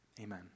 Amen